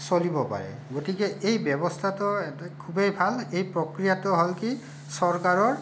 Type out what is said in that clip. চলিব পাৰে গতিকে এই ব্যৱস্থাটো এটা খুবেই ভাল এই প্ৰক্ৰিয়াটো হ'ল কি চৰকাৰৰ